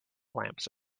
lamps